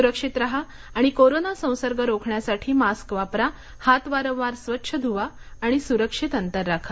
सुरक्षित राहा आणि कोरोना संसर्ग रोखण्यासाठी मास्क वापरा हात वारंवार स्वच्छ धुवा आणि सुरक्षित अंतर राखा